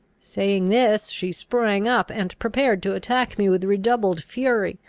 saying this, she sprung up, and prepared to attack me with redoubled fury.